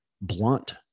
blunt